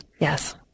Yes